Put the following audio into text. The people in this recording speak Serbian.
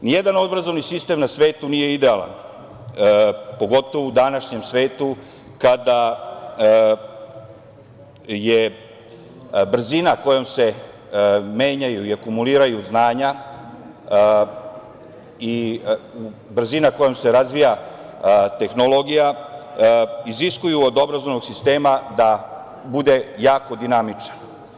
Nijedan obrazovni sistem na svetu nije idealan, pogotovo u današnjem svetu kada brzina kojom se menjaju i akumuliraju znanja i brzina kojom se razvija tehnologija iziskuju od obrazovnog sistema da bude jako dinamičan.